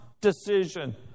decision